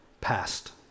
passed